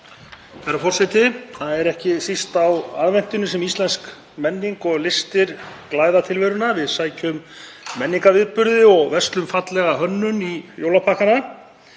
Það er ekki síst á aðventunni sem íslensk menning og listir glæða tilveruna. Við sækjum menningarviðburði og verslum fallega hönnun í jólapakkana,